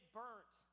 burnt